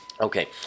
Okay